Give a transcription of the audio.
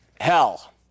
hell